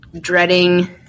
dreading